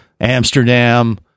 Amsterdam